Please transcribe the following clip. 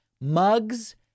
mugs